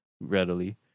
readily